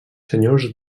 senyors